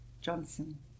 Johnson